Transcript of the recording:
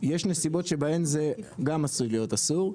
יש נסיבות שבהן זה גם עשוי להיות אסור,